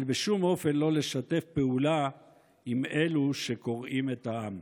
אבל בשום אופן לא לשתף פעולה עם אלו שקורעים את העם.